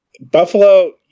Buffalo